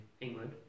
England